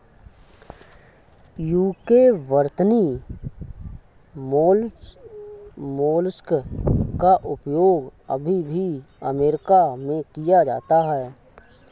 UK वर्तनी mollusc का उपयोग अभी भी अमेरिका में किया जाता है